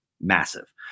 massive